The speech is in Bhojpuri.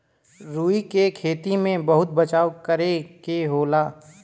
रुई क खेती में बहुत बचाव करे के होला